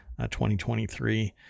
2023